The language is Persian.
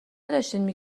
داشتین